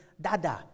Dada